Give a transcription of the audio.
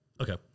Okay